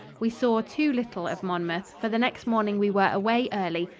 we saw too little of monmouth, for the next morning we were away early,